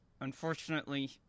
unfortunately